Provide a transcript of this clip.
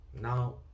Now